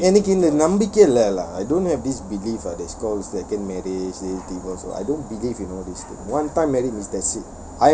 எனக்கு நம்பிக இல்ல:enakku nambikka illa I don't have this belief ah that's cause second marriage I don't believe in all these one time marriage that's it